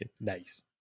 Nice